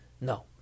No